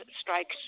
strikes